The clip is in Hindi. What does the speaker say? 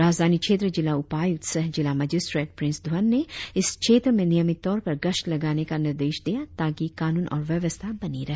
राजधानी क्षेत्र जिला उपायुक्त सह जिला मजिस्ट्रेट प्रिंस धवन ने इस क्षेत्र में नियमित तौर पर गश्त लगाने का निर्देश दिया ताकि कानून और व्यवस्था बनी रहे